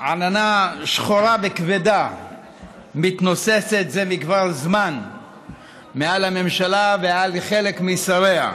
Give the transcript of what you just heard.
עננה שחורה וכבדה מתנוססת זה מכבר מעל הממשלה ומעל חלק משריה,